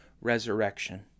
resurrection